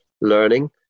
learning